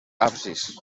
absis